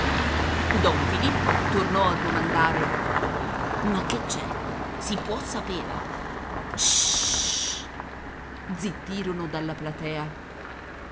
don filippo tornò a domandare ma che c'è si può sapere ssst zittirono dalla platea